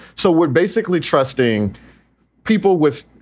so we're basically trusting people with,